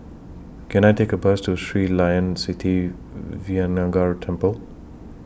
Can I Take A Bus to Sri Layan Sithi Vinayagar Temple